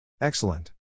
Excellent